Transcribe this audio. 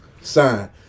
Sign